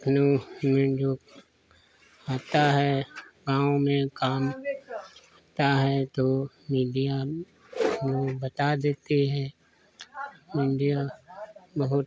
में जो आता है गाँव में काम आता है तो मीडिया वह बता देती है मीडिया बहुत